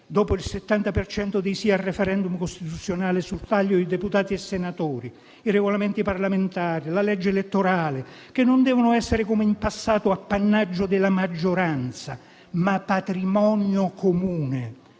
per cento dei «sì» al *referendum* costituzionale sul taglio di deputati e senatori, i Regolamenti parlamentari e la legge elettorale, che non devono essere come in passato appannaggio della maggioranza, ma patrimonio comune.